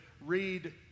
read